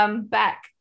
Back